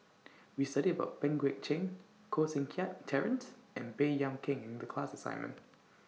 We studied about Pang Guek Cheng Koh Seng Kiat Terence and Baey Yam Keng in The class assignment